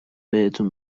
بهتون